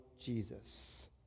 Jesus